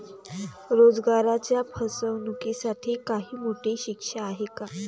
रोजगाराच्या फसवणुकीसाठी काही मोठी शिक्षा आहे का?